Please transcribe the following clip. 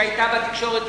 היא היתה בתקשורת,